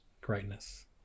greatness